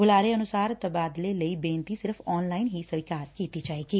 ਬੁਲਾਰੇ ਅਨੁਸਾਰ ਤਬਾਦਲੇ ਲਈ ਬੇਨਤੀ ਸਿਰਫ਼ ਆਨ ਲਾਈਨ ਹੀ ਸਵੀਕਾਰ ਕੀਤੀ ਜਾਵੇਗੀ